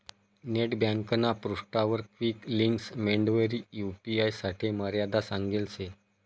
net ब्यांकना पृष्ठावर quick links मेंडवरी यू.पी.आय साठे मर्यादा सांगेल शे